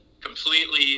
completely